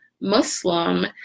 Muslim